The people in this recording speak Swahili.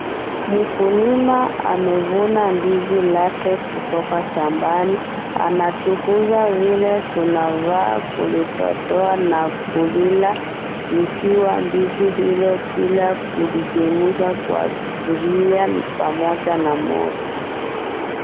Mkulima amevuna ndizi lake kutoka shambani, anatufunza vile tunafaa kulidondoa na kulila ikiwa mbichi hivo bila kuichemsha kwa sufuria pamoja na moto.